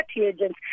agents